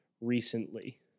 recently